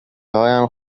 هام